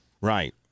Right